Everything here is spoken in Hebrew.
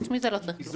חוץ מזה, לא צריך דבר.